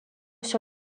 sur